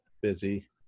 busy